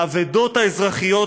האבדות האזרחיות